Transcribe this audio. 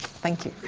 thank you.